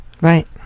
Right